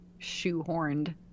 shoehorned